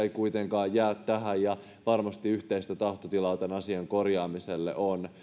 ei kuitenkaan jää tähän ja varmasti yhteistä tahtotilaa tämän asian korjaamiselle on